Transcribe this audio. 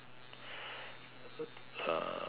uh